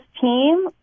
team